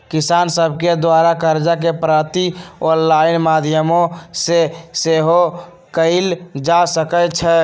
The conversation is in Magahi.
किसान सभके द्वारा करजा के प्राप्ति ऑनलाइन माध्यमो से सेहो कएल जा सकइ छै